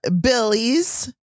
Billy's